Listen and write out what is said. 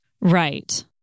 Right